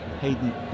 Hayden